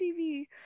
TV